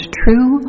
true